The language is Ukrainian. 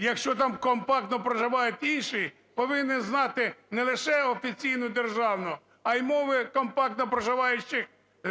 якщо там компактно проживають інші, повинен знати не лише офіційну державну, а й мови компактно проживаючих у